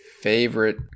favorite